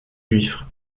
juif